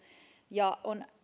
ja on